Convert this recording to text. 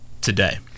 today